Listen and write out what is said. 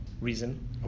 reason